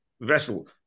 vessel